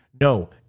No